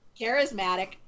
charismatic